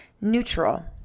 Neutral